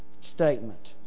statement